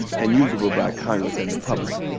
and usable by congress and the public.